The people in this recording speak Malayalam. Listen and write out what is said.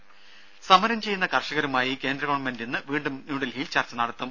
ദ്ദേ സമരം ചെയ്യുന്ന കർഷകരുമായി കേന്ദ്ര ഗവൺമെന്റ് ഇന്ന് വീണ്ടും ന്യൂഡൽഹിയിൽ ചർച്ച നടത്തും